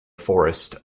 forest